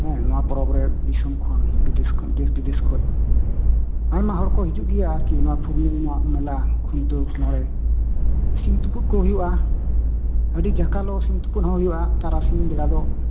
ᱦᱮᱸ ᱱᱚᱣᱟ ᱯᱚᱨᱚᱵᱽ ᱨᱮ ᱫᱤᱥᱚᱢ ᱠᱷᱚᱱ ᱵᱤᱫᱮᱥ ᱠᱷᱚᱱ ᱫᱮᱥ ᱵᱤᱫᱮᱥ ᱠᱷᱚᱱ ᱟᱭᱢᱟ ᱦᱚᱲ ᱠᱚ ᱦᱤᱡᱩᱜ ᱜᱮᱭᱟ ᱟᱨ ᱠᱤ ᱱᱚᱣᱟ ᱯᱩᱨᱱᱤᱢᱟ ᱢᱮᱞᱟ ᱠᱷᱩᱱᱴᱟᱹᱣ ᱱᱚᱰᱮ ᱥᱤᱢ ᱛᱩᱯᱩᱫ ᱠᱚ ᱦᱩᱭᱩᱜ ᱟ ᱟᱹᱰᱤ ᱡᱟᱠᱟᱞᱳ ᱥᱤᱢ ᱛᱩᱯᱩᱫ ᱦᱚᱸ ᱦᱩᱭᱩᱜ ᱟ ᱛᱟᱨᱟᱥᱤᱧ ᱵᱮᱲᱟ ᱫᱚ